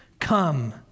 Come